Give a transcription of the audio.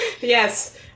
yes